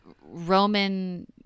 Roman